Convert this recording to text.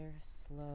slow